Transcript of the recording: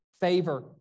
favor